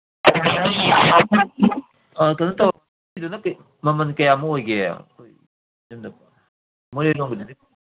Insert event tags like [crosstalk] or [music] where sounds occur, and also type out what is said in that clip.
ꯑ ꯀꯩꯅꯣ ꯃꯃꯟ ꯀꯌꯥꯃꯨꯛ ꯑꯣꯏꯒꯦ ꯃꯣꯏꯅ [unintelligible]